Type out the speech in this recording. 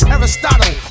Aristotle